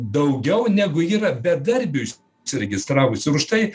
daugiau negu yra bedarbių užsiregistravusių ir už tai